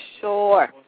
sure